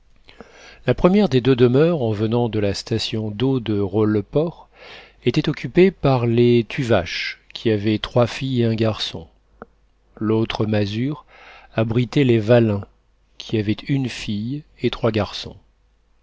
la première des deux demeures en venant de la station d'eaux de rolleport était occupée par les tuvache qui avaient trois filles et un garçon l'autre masure abritait les vallin qui avaient une fille et trois garçons